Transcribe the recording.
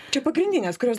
čia pagrindinės kurios